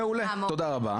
מעולה, תודה רבה.